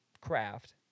craft